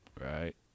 Right